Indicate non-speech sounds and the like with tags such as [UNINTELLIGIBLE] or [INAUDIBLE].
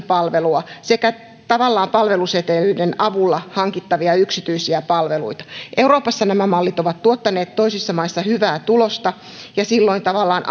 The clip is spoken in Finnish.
[UNINTELLIGIBLE] palvelua sekä tavallaan palveluseteleiden avulla hankittavia yksityisiä palveluita euroopassa nämä mallit ovat tuottaneet toisissa maissa hyvää tulosta ja silloin tavallaan [UNINTELLIGIBLE]